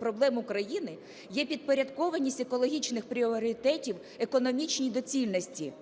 проблем України є підпорядкованість екологічних пріоритетів економічній доцільності.